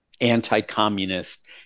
anti-communist